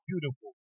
beautiful